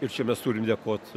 ir čia mes turim dėkot